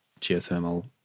geothermal